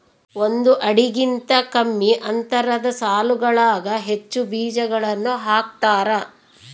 ಒಂದು ಅಡಿಗಿಂತ ಕಮ್ಮಿ ಅಂತರದ ಸಾಲುಗಳಾಗ ಹೆಚ್ಚು ಬೀಜಗಳನ್ನು ಹಾಕ್ತಾರ